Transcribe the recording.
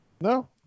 No